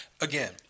again